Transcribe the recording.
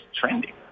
trending